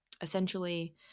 Essentially